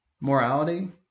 morality